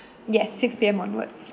yes six P_M onwards